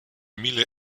mille